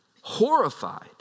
horrified